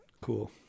cool